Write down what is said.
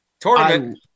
tournament